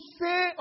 say